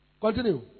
Continue